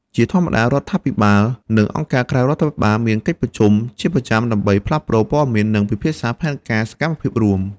ជាធម្មតា រដ្ឋាភិបាល និងអង្គការក្រៅរដ្ឋាភិបាលមានកិច្ចប្រជុំជាប្រចាំដើម្បីផ្លាស់ប្តូរព័ត៌មាន និងពិភាក្សាផែនការសកម្មភាពរួម។